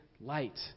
light